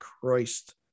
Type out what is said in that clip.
Christ